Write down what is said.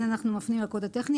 אנחנו מפנים --- הטכני,